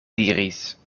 diris